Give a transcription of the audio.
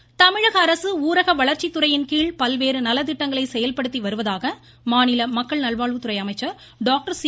விஜயபாஸ்கர் தமிழக அரசு ஊரக வளர்ச்சி துறையின் கீழ் பல்வேறு நல திட்டங்களை செயல்படுத்தி வருவதாக மாநில மக்கள் நல்வாழ்வுத்துறை அமைச்சர் டாக்டர் சி